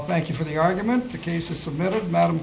thank you for the argument the case is submitted madam